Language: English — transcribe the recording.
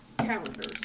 calendars